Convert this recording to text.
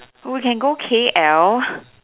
we can go k_l